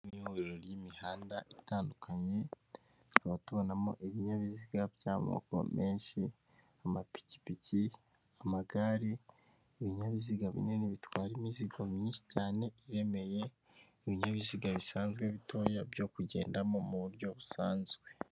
Ihuriro ry'imihanda itandukanye aho tubonamo ibinyabiziga by'amoko menshi, amapikipiki, amagare, ibinyabiziga binini bitwara imizigo myinshi cyane iremereye, ibinyabiziga bisanzwe bitoya byo kugendamo mu buryo busanzwe.